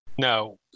No